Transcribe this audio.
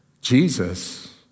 Jesus